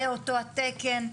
לאותו תקן.